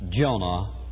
Jonah